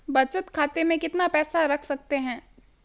बचत खाते में कितना पैसा रख सकते हैं?